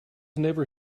never